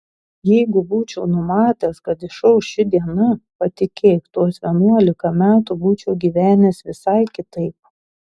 jeigu būčiau numatęs kad išauš ši diena patikėk tuos vienuolika metų būčiau gyvenęs visai kitaip